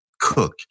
cook